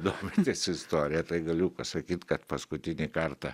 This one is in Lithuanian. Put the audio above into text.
domitės istorija tai galiu pasakyt kad paskutinį kartą